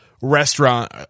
restaurant